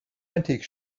antiques